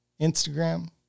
Instagram